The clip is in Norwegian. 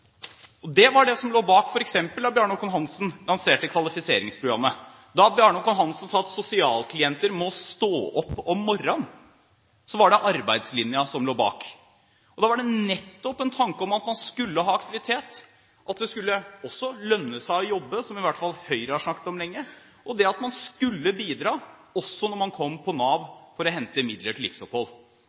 bidra. Det var det som lå bak f.eks. da Bjarne Håkon Hanssen lanserte kvalifiseringsprogrammet. Da Bjarne Håkon Hanssen sa at sosialklienter «må stå opp om morran», var det arbeidslinjen som lå bak. Da var tanken nettopp at man skulle ha aktivitet, at det også skulle lønne seg å jobbe, som i hvert fall Høyre har snakket om lenge, og det at man skulle bidra også når man kom på Nav for å hente midler til livsopphold.